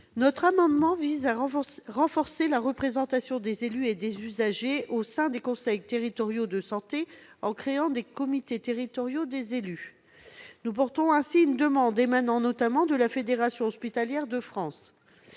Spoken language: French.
Notre amendement vise à renforcer la représentation des élus et des usagers au sein des conseils territoriaux de santé, en créant des comités territoriaux des élus. Nous portons ainsi une demande émanant notamment de la Fédération hospitalière de France